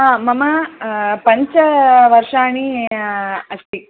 आं मम पञ्चवर्षाः अस्ति